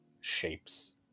shapes